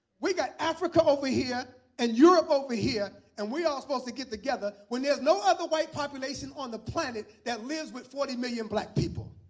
we got africa over here and europe over here, and we're all supposed to get together when there's no other white population on the planet that lives with forty million black people.